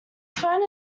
phone